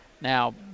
Now